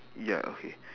ya okay